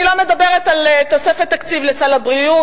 אני לא מדברת על תוספת תקציב לסל הבריאות